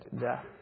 death